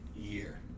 year